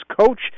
coach